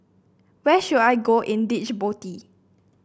where should I go in Djibouti